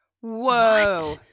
whoa